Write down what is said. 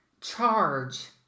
charge